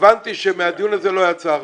ואמרתי שמהדיון הזה לא יצא הרבה.